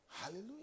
hallelujah